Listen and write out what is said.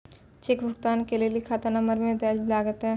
cheque भुगतान के लेली खाता नंबर बैंक मे दैल लागतै